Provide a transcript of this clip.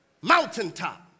mountaintop